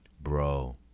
bro